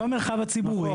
במרחב הציבורי.